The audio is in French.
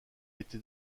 été